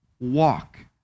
Walk